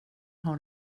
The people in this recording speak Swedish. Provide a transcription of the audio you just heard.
har